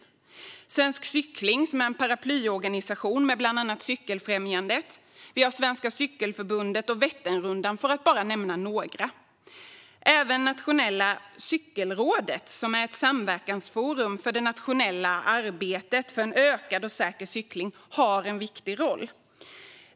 En av dem är Svensk Cykling, en paraplyorganisation där bland annat Cykelfrämjandet, Svenska Cykelförbundet och Vätternrundan ingår, för att bara nämna några. Nationella cykelrådet, som är ett samverkansforum för det nationella arbetet för en ökad och säker cykling, har också en viktig roll.